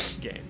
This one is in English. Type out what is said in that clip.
game